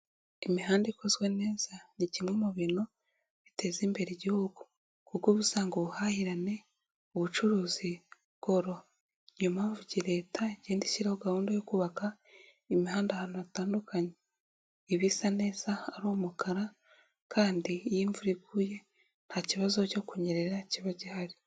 Imihanda ikozwe neza ni kimwe mu bintu biteza imbere igihugu kuko uba ubusanga ubuhahirane ubucuruzi bworoha, ni yo mpamvu Leta igenda ishyiraho gahunda yo kubaka imihanda ahantu hatandukanye, ibisa neza ari umukara kandi iyo imvura iguye nta kibazo cyo kunyerera kiba gihari.